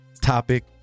topic